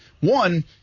One